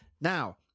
Now